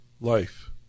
life